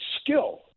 skill